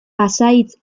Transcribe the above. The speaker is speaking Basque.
pasahitz